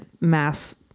mass